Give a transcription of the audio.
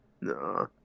no